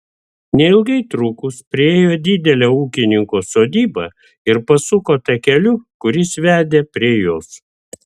neilgai trukus priėjo didelę ūkininko sodybą ir pasuko takeliu kuris vedė prie jos